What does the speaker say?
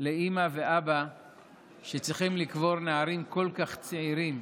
לאימא ואבא שצריכים לקבור נערים כל כך צעירים,